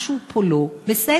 משהו פה לא בסדר.